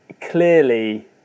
clearly